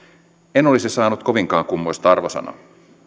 en olisi saanut kovinkaan kummoista arvosanaa